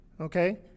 okay